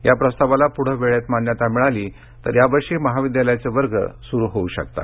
या प्रस्तावाला पूढे वेळेत मान्यता मिळाल्यास यावर्षी महाविद्यालयाचे वर्ग स्रु होतील